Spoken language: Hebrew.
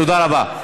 תודה רבה.